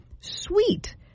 Sweet